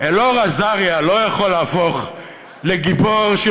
אלאור אזריה לא יכול להפוך לגיבור של